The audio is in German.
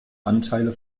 anteile